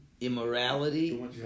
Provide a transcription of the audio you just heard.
immorality